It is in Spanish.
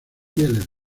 pieles